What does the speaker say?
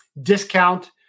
discount